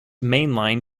mainline